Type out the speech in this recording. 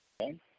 okay